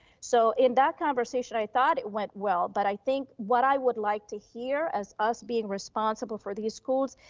so in that conversation, i thought it went well. but i think what i would like to hear as us being responsible for these schools,